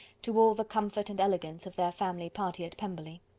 to all the comfort and elegance of their family party at pemberley.